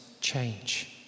change